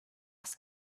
ask